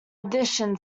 addition